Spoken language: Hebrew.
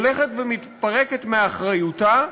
הולכת ומתפרקת מאחריותה,